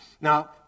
Now